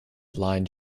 line